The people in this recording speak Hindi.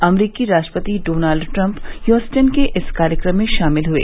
अमरीकी राष्ट्रपति डोनल्ड ट्रम्प ह्यस्टन के इस कार्यक्रम में शामिल हुए